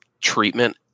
treatment